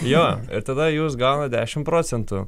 jo ir tada jūs gaunat dešimt procentų